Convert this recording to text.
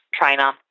trainer